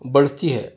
بڑھتی ہے